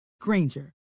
Granger